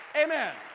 Amen